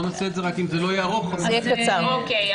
אם זה לא יהיה ארוך אוכל להשיב לכולם.